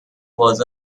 was